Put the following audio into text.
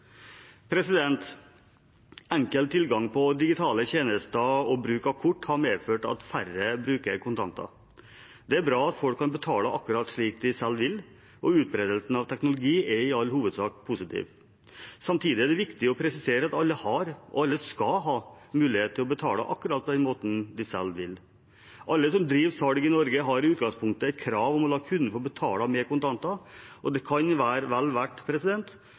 Enkel tilgang på digitale tjenester og bruk av kort har medført at færre bruker kontanter. Det er bra at folk kan betale akkurat slik de selv vil, og utbredelsen av teknologi er i all hovedsak positiv. Samtidig er det viktig å presisere at alle har og skal ha mulighet til å betale på akkurat den måten de selv vil. Alle som driver med salg i Norge, har i utgangspunktet krav på seg om å la kunden få betale med kontanter, og det kan være vel verdt